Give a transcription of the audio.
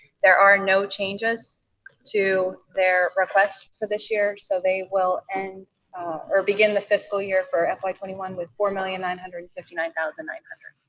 there are no changes to their requests for this year, so they will end or begin the fiscal year for fy twenty one with four million nine hundred and fifty nine thousand nine hundred